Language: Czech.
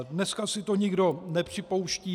Dneska si to nikdo nepřipouští.